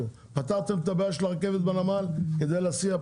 פתרתם את הבעיה של הרכבת בנמל כדי להסיע,